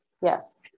Yes